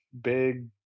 big